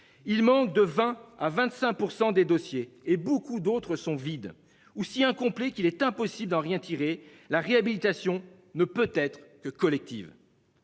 Il manque de 20 à 25% des dossiers et beaucoup d'autres sont vides ou si incomplet, qu'il est impossible d'en rien tiré la réhabilitation ne peut être que collective.